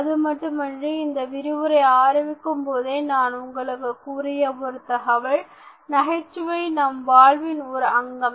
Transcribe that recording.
அதுமட்டுமின்றி இந்த விரிவுரை ஆரம்பிக்கும் பொழுதே நான் உங்களுக்கு கூறிய ஒரு தகவல் நகைச்சுவை நம் வாழ்வின் ஒரு அங்கம்